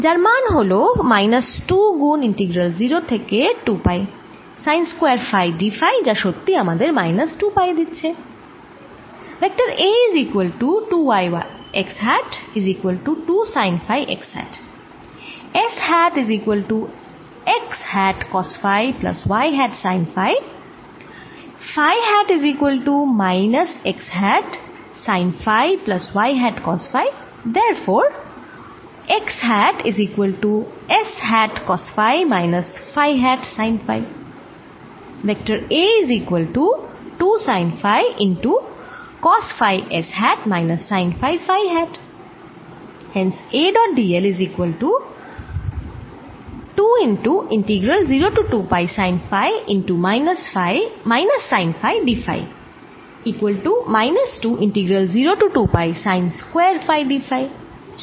যার মান হল মাইনাস 2 গুণ ইন্টিগ্রাল 0 থেকে 2পাই sine square phi d phi যা সত্যিই আমাদের মাইনাস 2পাই দিচ্ছে